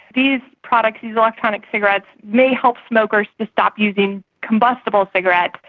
these products, these electronic cigarettes may help smokers to stop using combustible cigarettes,